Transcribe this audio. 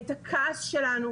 את הכעס שלנו,